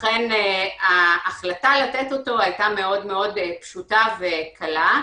לכן ההחלטה לתת אותו הייתה מאוד פשוטה וקלה.